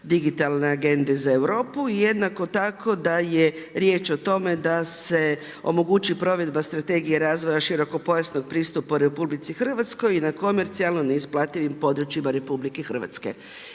digitalne agende za Europu i jednako tako da je riječ o tome da se omogući provedba strategija razvoja širokog pojasnog pristupa u RH i na komercijalno neisplativim područjima RH.